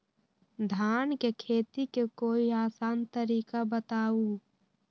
धान के खेती के कोई आसान तरिका बताउ?